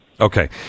okay